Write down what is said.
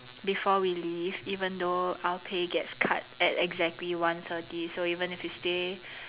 before we leave even though our pay gets cut at exactly one thirty so even if we stay